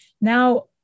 now